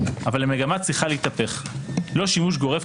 אבל המגמה צריכה להתהפך: לא שימוש גורף,